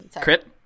crit